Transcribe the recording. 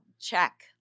check